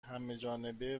همهجانبه